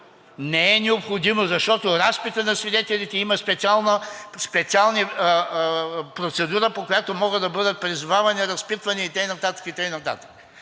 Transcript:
Не е необходимо, защото разпитът на свидетелите има специална процедура, по която могат да бъдат призовани, разпитвани и така